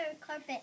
carpet